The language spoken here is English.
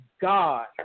God